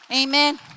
Amen